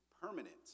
permanent